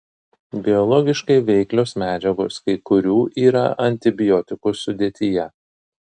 biologiškai veiklios medžiagos kai kurių yra antibiotikų sudėtyje